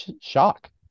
shock